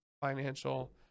financial